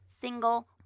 single